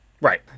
Right